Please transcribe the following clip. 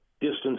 distance